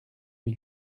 lui